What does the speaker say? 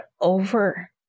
over